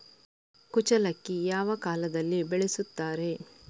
ಕುಚ್ಚಲಕ್ಕಿ ಯಾವ ಕಾಲದಲ್ಲಿ ಬೆಳೆಸುತ್ತಾರೆ?